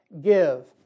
Give